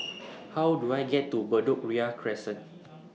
How Do I get to Bedok Ria Crescent